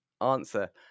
Answer